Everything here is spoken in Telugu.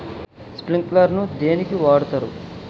స్ప్రింక్లర్ ను దేనికి వాడుతరు?